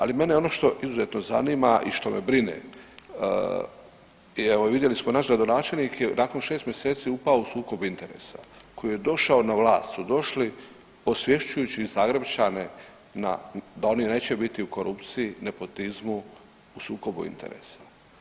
Ali mene ono što izuzetno zanima i što me brine i evo vidjeli smo naš gradonačelnik je nakon 6 mjeseci upao u sukob interesa koji je došao na vlast, su došli osvješćujući Zagrepčane da oni neće biti u korupciji, nepotizmu, u sukobu interesa.